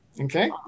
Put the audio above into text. Okay